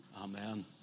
Amen